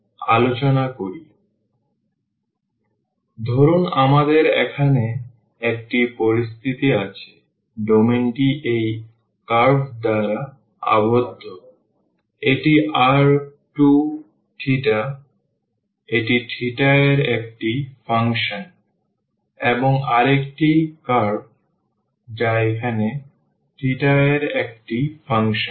সুতরাং ধরুন আমাদের এখানে একটি পরিস্থিতি আছে ডোমেইনটি এই কার্ভ দ্বারা আবদ্ধ এটি r2θ এটি θ এর একটি ফাংশন এবং আরেকটি কার্ভ যা এখানে θ এর একটি ফাংশন